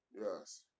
Yes